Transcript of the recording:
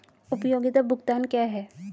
उपयोगिता भुगतान क्या हैं?